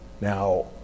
now